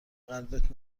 قلبت